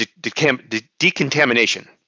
decontamination